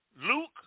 Luke